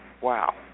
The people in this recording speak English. Wow